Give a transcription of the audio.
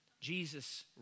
Jesus